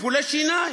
טיפולי שיניים.